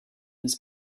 his